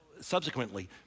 subsequently